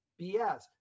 BS